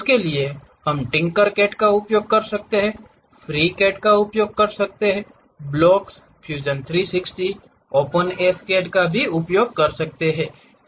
उसके लिए हम TinkerCAD का उपयोग कर रहे हैं या FreeCAD ब्लॉक्स फ्यूजन 360 और OpenSCAD का उपयोग कर रहे हैं